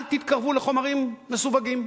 אל תתקרבו לחומרים מסווגים.